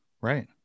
Right